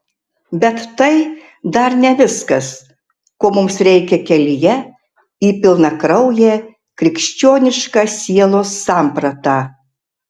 bet tai dar ne viskas ko mums reikia kelyje į pilnakrauję krikščionišką sielos sampratą